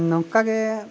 ᱱᱚᱝᱠᱟ ᱜᱮ